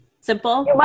simple